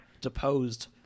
deposed